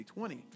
2020